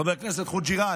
חבר הכנסת חוג'יראת,